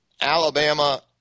Alabama